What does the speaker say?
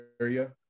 area